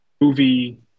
movie